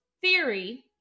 theory